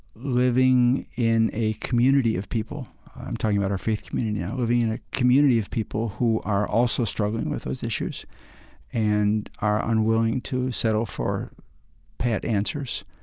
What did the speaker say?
living in a community of people i'm talking about our faith community now living in a community of people who are also struggling with those issues and are unwilling to settle for pat answers,